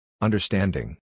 Understanding